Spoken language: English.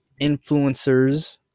influencers